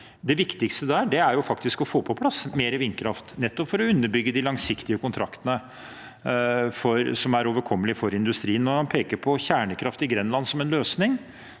er faktisk å få på plass mer vindkraft, nettopp for å underbygge de langsiktige kontraktene, som er overkommelige for industrien. Når han peker på kjernekraft i Grenland som en løsning,